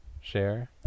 share